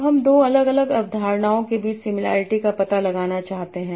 अब हम दो अलग अलग अवधारणाओं के बीच सिमिलैरिटी का पता लगाना चाहते हैं